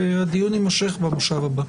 והדיון יימשך במושב הבא,